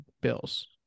Bills